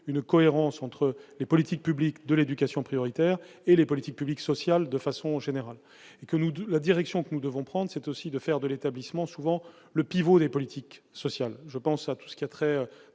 une cohérence entre les politiques publiques de l'éducation prioritaire, et les politiques publiques, sociales de façon générale et que nous, de la direction que nous devons prendre, c'est aussi de faire de l'établissement, souvent, le pivot des politiques sociales, je pense à tout ce qui a trait,